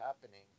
happening